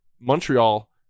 Montreal